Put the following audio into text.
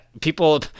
people